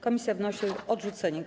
Komisja wnosi o jej odrzucenie.